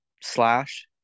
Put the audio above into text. slash